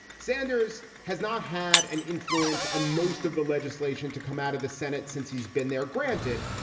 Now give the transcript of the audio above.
sanders has not had an influence on most of the legislation to come out of the senate since he's been there. granted,